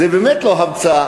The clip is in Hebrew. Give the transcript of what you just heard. זה באמת לא המצאה,